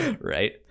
Right